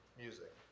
music